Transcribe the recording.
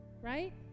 right